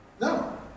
No